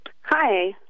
Hi